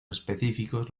específicos